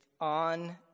on